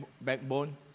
backbone